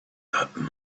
that